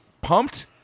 pumped